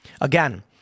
Again